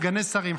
סגני שרים,